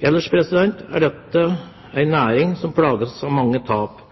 Ellers er dette en næring som plages av mange tap.